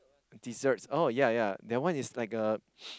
desserts oh yea yea that one is like a